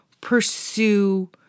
pursue